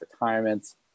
retirements